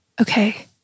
okay